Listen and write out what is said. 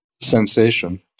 sensation